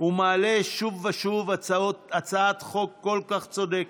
ומעלה שוב ושוב הצעת חוק כל כך צודקת,